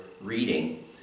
reading